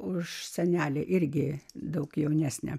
už senelė irgi daug jaunesnė